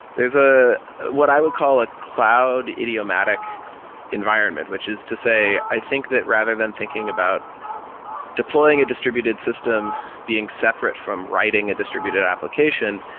there's ah what i would call a cloud idiomatic environment, which is to say, i think that rather than thinking about deploying a distributed system being separate from writing a distributed application,